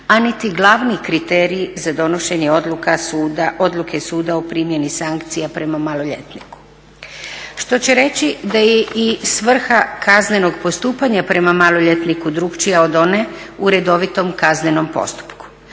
a niti glavni kriterij za donošenje odluke suda o primjeni sankcija prema maloljetniku, što će reći da je i svrha kaznenog postupanja prema maloljetniku drukčija od one u redovitom kaznenom postupku.